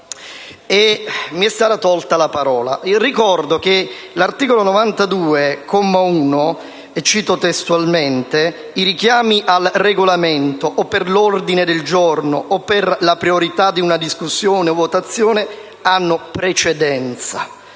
mi è stata tolta la parola. Ricordo che l'articolo 92 al comma 1 prevede che: «I richiami al Regolamento o per l'ordine del giorno o per la priorità di una discussione o votazione hanno la precedenza